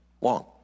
long